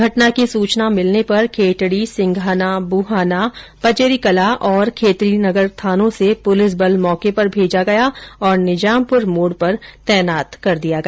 घटना की सूचना मिलने पर खेतड़ी सिंघाना बुहाना पचेरीकलां और खेतड़ीनगर थानों से पुलिस बल मौके पर भेजा गया और निजामपुर मोड़ पर तैनात कर दिया गया